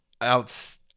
out